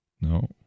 no